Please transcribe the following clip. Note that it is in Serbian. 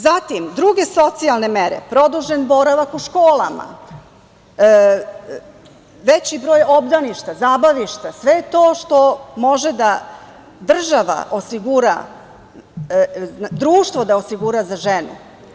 Zatim, druge socijalne mere - produžen boravak u školama, veći broj obdaništa, zabavišta, sve je to što može država i društvo da osigura za ženu.